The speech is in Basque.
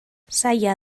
zaila